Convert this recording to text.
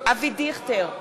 אבי דיכטר,